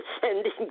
sending